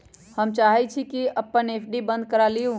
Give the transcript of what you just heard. हम चाहई छी कि अपन एफ.डी बंद करा लिउ